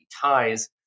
ties